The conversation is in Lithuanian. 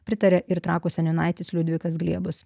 pritaria ir trakų seniūnaitis liudvikas glėbus